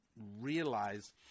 realize